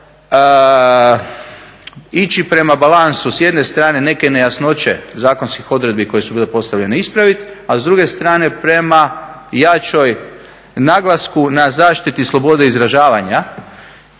ići prema balansu, s jedne strane neke nejasnoće zakonskih odredbi koje su bile postavljene ispraviti, a s druge strane prema jačem naglasku na zaštiti slobode izražavanja,